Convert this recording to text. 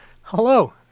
hello